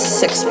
six